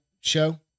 show